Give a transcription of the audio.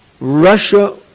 Russia